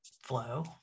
flow